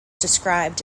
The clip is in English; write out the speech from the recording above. described